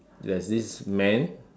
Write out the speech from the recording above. there's this man